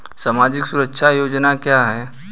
सामाजिक सुरक्षा योजना क्या है?